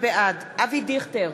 בעד אבי דיכטר,